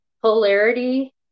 Polarity